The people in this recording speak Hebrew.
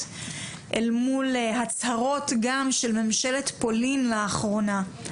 אל מול הצהרות גם של ממשלת פולין לאחרונה.